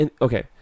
Okay